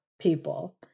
people